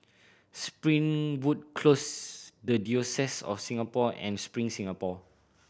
Springwood Close The Diocese of Singapore and Spring Singapore